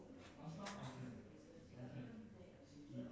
so